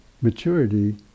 maturity